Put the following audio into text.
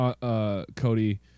Cody